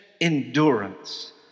endurance